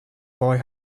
boy